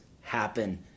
happen